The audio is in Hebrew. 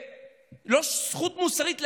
זכות מוסרית,